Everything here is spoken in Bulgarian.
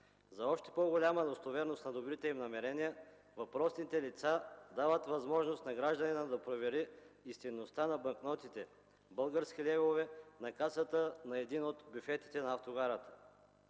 За още по-голяма достоверност на добрите им намерения въпросните лица дават възможност на гражданина да провери истинността на банкнотите – български левове, на касата на един от бюфетите на автогарата.